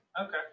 okay